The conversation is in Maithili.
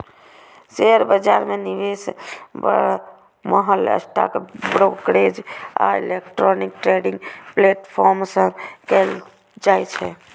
शेयर बाजार मे निवेश बरमहल स्टॉक ब्रोकरेज आ इलेक्ट्रॉनिक ट्रेडिंग प्लेटफॉर्म सं कैल जाइ छै